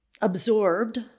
absorbed